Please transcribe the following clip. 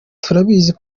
turabizi